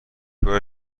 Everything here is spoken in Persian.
بار